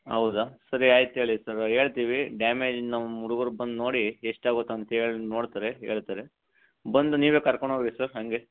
ಹೌದಾ ಸರಿ ಆಯ್ತು ಹೇಳಿ ಸರ್ ಹೇಳ್ತೀವಿ ಡ್ಯಾಮೇಜ್ ನಮ್ಮ ಹುಡುಗರು ಬಂದು ನೋಡಿ ಎಷ್ಟಾಗುತ್ತೆ ಅಂತ ಹೇಳಿ ನೋಡ್ತಾರೆ ಹೇಳ್ತಾರೆ ಬಂದು ನೀವೇ ಕರ್ಕಂಡ್ಹೋಗಿ ಸರ್ ಹಾಗೆ